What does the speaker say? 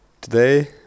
Today